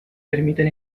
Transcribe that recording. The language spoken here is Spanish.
permiten